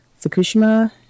Fukushima